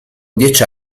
dieci